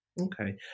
Okay